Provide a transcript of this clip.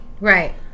Right